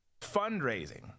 fundraising